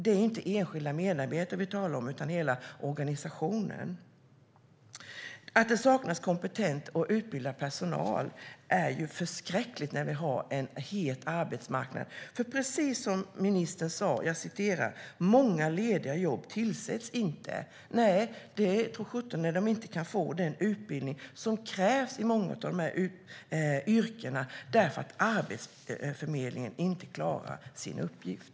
Det är inte enskilda medarbetare vi talar om utan hela organisationen. Att det saknas kompetent och utbildad personal är förskräckligt när vi har en het arbetsmarknad. Det är precis som ministern sa: Många lediga jobb tillsätts inte. Nej, tro sjutton det när människor inte kan få den utbildning som krävs i många av de yrkena därför att Arbetsförmedlingen inte klarar sin uppgift!